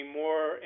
more